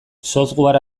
software